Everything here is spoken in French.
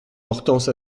hortense